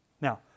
now